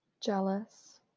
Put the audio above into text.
Jealous